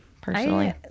personally